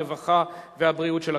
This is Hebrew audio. הרווחה והבריאות נתקבלה.